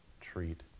treat